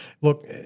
look